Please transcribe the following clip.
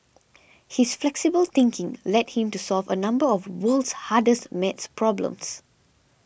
his flexible thinking led him to solve a number of world's hardest math problems